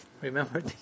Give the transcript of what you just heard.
Remember